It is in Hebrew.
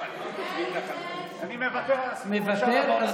אני מוותר על, מוותר.